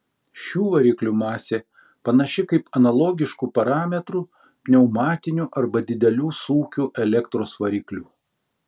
šių variklių masė panaši kaip analogiškų parametrų pneumatinių arba didelių sūkių elektros variklių